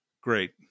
Great